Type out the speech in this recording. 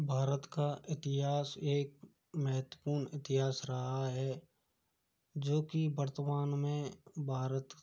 भारत का इतिहास एक महत्वपूर्ण इतिहास रहा है जो कि वर्तमान में भारत